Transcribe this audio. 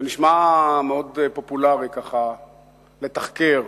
זה נשמע מאוד פופולרי, ככה לתחקר.